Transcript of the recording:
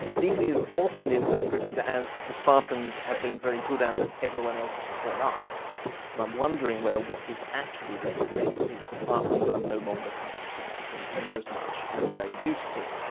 this is often interpreted as the spartans have been very good and everyone else has caught up but i'm wondering whether what this actually represents is the spartans are no longer participating near as much as they used to.